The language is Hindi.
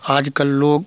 आज कल लोग